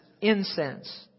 incense